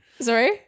Sorry